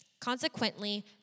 Consequently